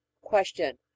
Question